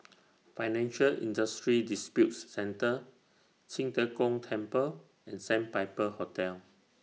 Financial Industry Disputes Centre Qing De Gong Temple and Sandpiper Hotel